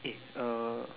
eh uh